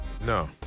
No